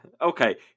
Okay